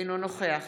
אינו נוכח